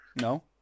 No